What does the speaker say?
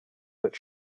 that